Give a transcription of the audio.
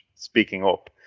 speaking up?